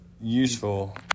useful